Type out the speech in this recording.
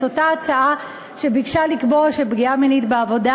אותה הצעה שביקשה לקבוע שפגיעה מינית בעבודה,